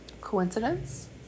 Coincidence